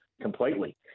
completely